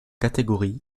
catégorie